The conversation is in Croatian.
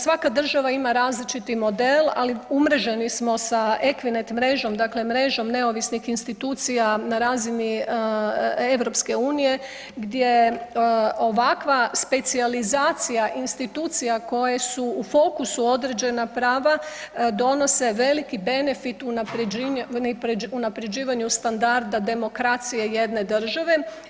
Svaka država ima različiti model ali umreženi smo sa EKVINET mrežom dakle mrežom neovisnih institucija na razini Europske unije gdje ovakva specijalizacija institucija koje su u fokusu određena prava donose veliki benefit unapređivanju standarda demokracije jedne države.